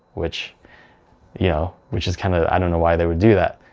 which you know, which is kind of, and know why they would do that,